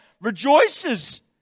rejoices